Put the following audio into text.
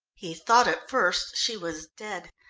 he thought at first she was dead,